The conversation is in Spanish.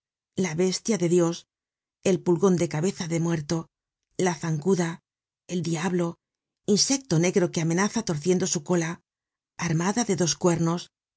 la bestia de dios el pulgon de cabeza de muerto la zancuda el diablo insecto negro que amenaza torciendo su cola armada de dos